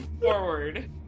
forward